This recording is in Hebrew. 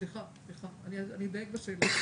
סליחה, אני אדייק בשאלה.